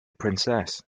princess